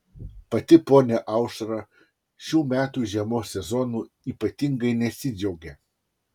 pati ponia aušra šių metų žiemos sezonu ypatingai nesidžiaugia